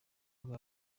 bwa